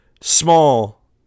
small